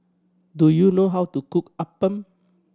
do you know how to cook appam